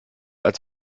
als